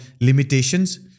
limitations